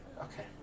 Okay